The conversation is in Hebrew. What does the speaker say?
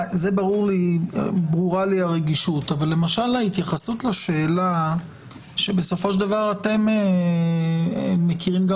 ברורה לי הרגישות אבל למשל ההתייחסות לשאלה שאתם מכירים גם